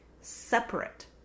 separate